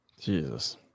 Jesus